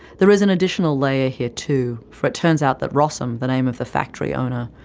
there is an additional layer here too, for it turns out that rossum, the name of the factory owner,